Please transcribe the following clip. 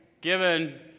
Given